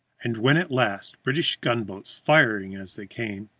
and when at last british gunboats, firing as they came,